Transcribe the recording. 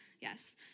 Yes